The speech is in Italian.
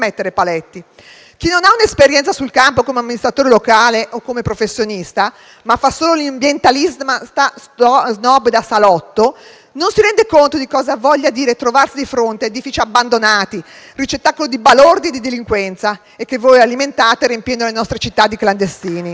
Chi non ha un'esperienza sul campo come amministratore locale o come professionista, ma fa solo l'ambientalista *snob* da salotto, non si rende conto di cosa voglia dire trovarsi di fronte a edifici abbandonati, ricettacolo di balordi e delinquenza, che voi alimentate riempiendo le nostre città di clandestini.